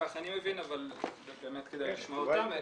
ככה אני מבין אבל באמת כדאי לשמוע אותם.